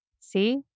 See